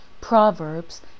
Proverbs